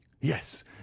Yes